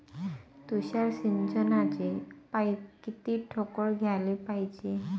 तुषार सिंचनाचे पाइप किती ठोकळ घ्याले पायजे?